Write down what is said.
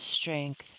strength